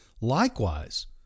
likewise